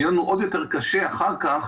יהיה לנו עוד יותר קשה אחר כך